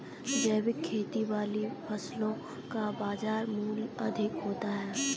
जैविक खेती वाली फसलों का बाजार मूल्य अधिक होता है